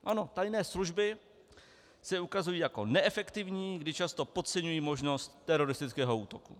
Ano, tajné služby se ukazují jako neefektivní, kdy často podceňují možnost teroristického útoku.